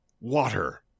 water